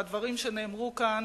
והדברים שנאמרו כאן